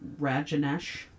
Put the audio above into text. Rajanesh